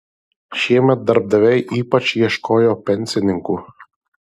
šiemet darbdaviai ypač ieškojo pensininkų